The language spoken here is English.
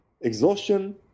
exhaustion